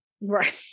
Right